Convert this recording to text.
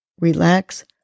relax